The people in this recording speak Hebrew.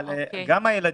אבל זה גם הילדים.